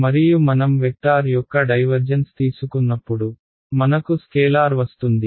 మరియు మనం వెక్టార్ యొక్క డైవర్జెన్స్ తీసుకున్నప్పుడు మనకు స్కేలార్ వస్తుంది